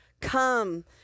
come